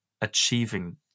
achieving